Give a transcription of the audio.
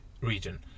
region